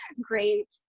great